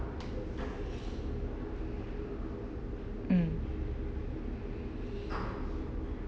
mm